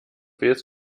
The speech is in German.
wales